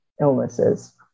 illnesses